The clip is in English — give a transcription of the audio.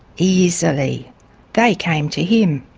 easily they came to him.